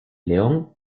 león